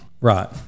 Right